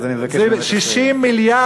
אז אני מבקש באמת לסיים.